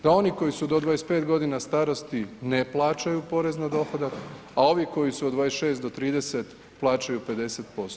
Da oni koji su do 25 godina starosti ne plaćaju porez na dohodak, a ovi koji su od 26 do 30 plaćaju 50%